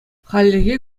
хальлӗхе